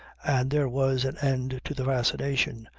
and there was an end to the fascination,